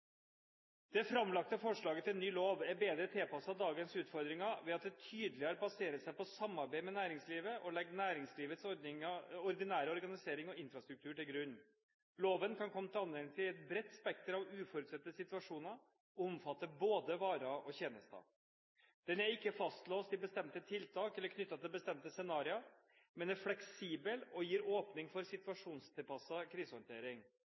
Det framlagte forslaget til ny lov er bedre tilpasset dagens utfordringer ved at det tydeligere baserer seg på samarbeid med næringslivet og legger næringslivets ordinære organisering og infrastruktur til grunn. Loven kan komme til anvendelse i et bredt spekter av uforutsette situasjoner og omfatter både varer og tjenester. Den er ikke fastlåst i bestemte tiltak eller knyttet til bestemte scenarioer, men er fleksibel og gir åpning for situasjonstilpasset krisehåndtering.